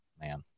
man